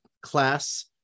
class